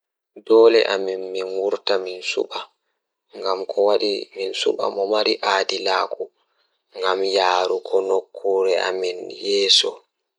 Eey, ko laawol ngam ɗum waɗi jeyɓe ɓe, sabu njifti fiyaangu ngal njilɓe e wuro. Nde njangol e voti ngal, ɓe waawi jokkondirde laamɗe ngal, joomi ndiyam no teddungal e laamɗe ngal.